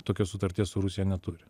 tokios sutarties su rusija neturi